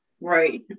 Right